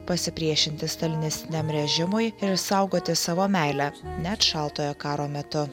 pasipriešinti stalinistiniam režimui ir išsaugoti savo meilę net šaltojo karo metu